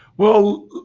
well,